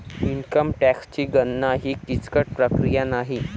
income टॅक्सची गणना ही किचकट प्रक्रिया नाही